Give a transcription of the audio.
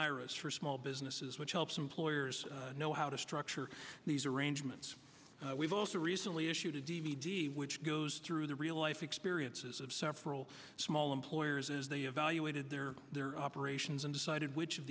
iras for small businesses which helps employers know how to structure these arrangements we've also recently issued a d v d which goes through the real life experiences of several small employers as they evaluated their their operations and decided which of